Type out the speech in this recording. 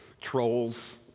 trolls